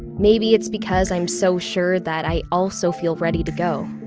maybe it's because i'm so sure that i also feel ready to go.